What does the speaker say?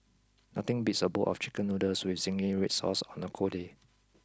nothing beats a bowl of Chicken Noodles with Zingy Red Sauce on a cold day